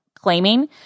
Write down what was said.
claiming